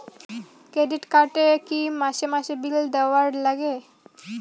Credit card এ কি মাসে মাসে বিল দেওয়ার লাগে?